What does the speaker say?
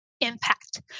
impact